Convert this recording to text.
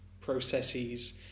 processes